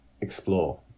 explore